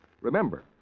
Remember